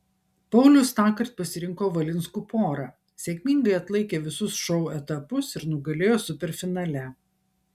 paulius tąkart pasirinko valinskų porą sėkmingai atlaikė visus šou etapus ir nugalėjo superfinale